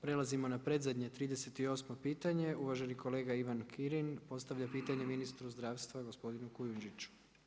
Prelazimo na predzadnje 38. pitanje uvaženi kolega Ivan Kirin postavlja pitanje ministru zdravstva gospodinu Kujundžiću.